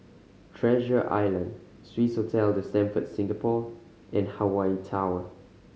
Treasure Island Swissotel The Stamford Singapore and Hawaii Tower